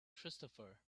christopher